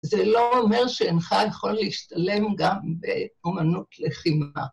זה לא אומר שאינך יכול להשתלם גם באומנות לחימה.